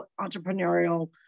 entrepreneurial